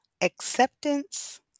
Acceptance